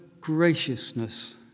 graciousness